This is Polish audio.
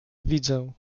widzę